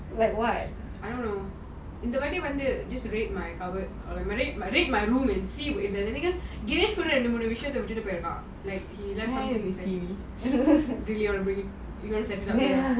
இந்த வாட்டி வந்து:intha vaati vanthu is to read but then my room is Girish கூட ரெண்டு மூணு விஷயம் விட்டுட்டு பொய் இருக்கான்:girish kuda rendu moonu visayam vitutu poi irukan like he left